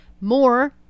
more